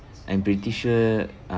I'm pretty sure uh